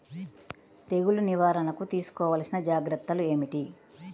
తెగులు నివారణకు తీసుకోవలసిన జాగ్రత్తలు ఏమిటీ?